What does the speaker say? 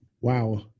wow